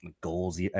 goals